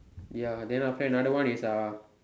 ya then after that another one is uh